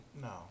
No